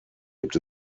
gibt